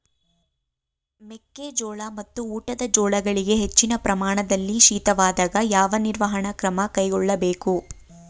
ಮೆಕ್ಕೆ ಜೋಳ ಮತ್ತು ಊಟದ ಜೋಳಗಳಿಗೆ ಹೆಚ್ಚಿನ ಪ್ರಮಾಣದಲ್ಲಿ ಶೀತವಾದಾಗ, ಯಾವ ನಿರ್ವಹಣಾ ಕ್ರಮ ಕೈಗೊಳ್ಳಬೇಕು?